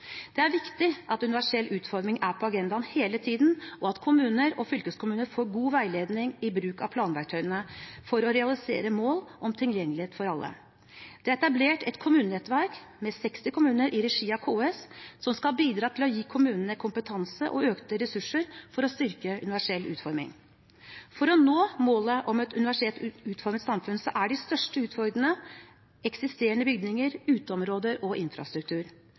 Det er viktig at universell utforming er på agendaen hele tiden, og at kommuner og fylkeskommuner får god veiledning i bruk av planverktøyene for å realisere mål om tilgjengelighet for alle. Det er etablert et kommunenettverk med 60 kommuner i regi av KS som skal bidra til å gi kommunene kompetanse og økte ressurser for å styrke universell utforming. For å nå målet om et universelt utformet samfunn er de største utfordringene eksisterende bygninger, uteområder og infrastruktur.